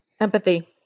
Empathy